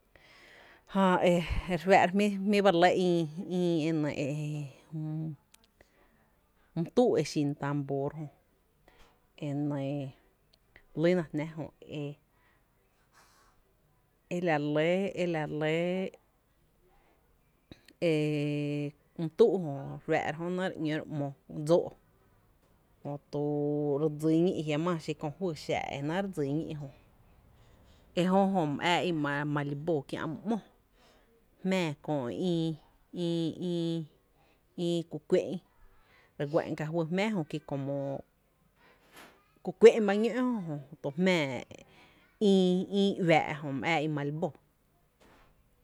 Jää e re fⱥⱥ’ra jmí ba re lɇ ïï my tuu’ e xin tambor jö, e nɇɇ lýna jná jö, e lare lɇ e la re lɇɇ e my tuu´jö re fáá’ra jö e re ‘ñó re ‘mó dsóó’ jötu re dsi ñí’ jiamaa xi kö fyy xⱥⱥ’ e re dsí ñí’ jö e jö jö my ää í’ e mali bó kiä’ mú ‘mo jmⱥⱥ my ïï, ïï, ku kué’n re guá’n ka juy jmⱥⱥ jö kí ku kué’n ba ñó’ ejö jö jmⱥⱥ ïï uⱥⱥ’ jö my ää í’ mali bó.